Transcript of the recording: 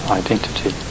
identity